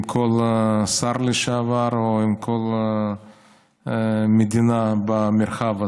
כל שר לשעבר או עם כל מדינה במרחב הזה.